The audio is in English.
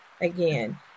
again